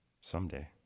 someday